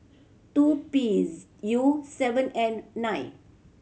two P U seven N nine